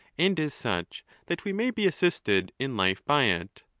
and is such that we may be assisted in life by it.